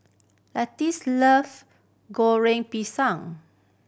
Lizette love Goreng Pisang